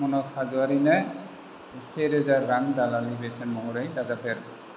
मनज हाज'वारिनो सेरोजा रां दालालनि बेसेन महरै दाजाबदेर